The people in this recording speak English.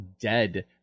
dead